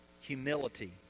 humility